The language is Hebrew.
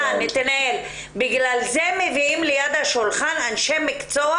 בגלל זה מביאים לשולחן אנשי מקצוע